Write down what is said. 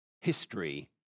history